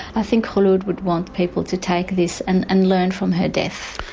i think khulod would want people to take this and and learn from her death.